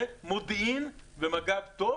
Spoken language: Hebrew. זה מודיעין ומג"ב טוב.